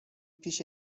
پیش